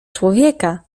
człowieka